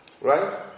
Right